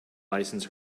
license